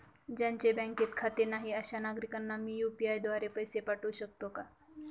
ज्यांचे बँकेत खाते नाही अशा नागरीकांना मी यू.पी.आय द्वारे पैसे पाठवू शकतो का?